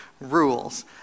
rules